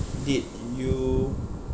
did you